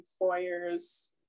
employers